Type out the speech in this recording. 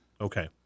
Okay